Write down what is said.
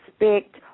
respect